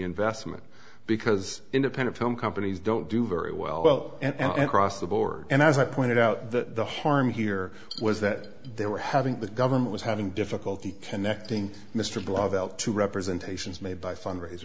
investment because independent film companies don't do very well and cross the board and as i pointed out that the harm here was that they were having the government was having difficulty connecting mr blofeld to representation is made by fundraise